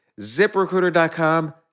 ZipRecruiter.com